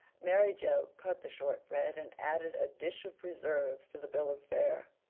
mary joe cut the shortbread and added a dish of preserves to the bill of fare.